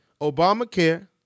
Obamacare